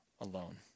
alone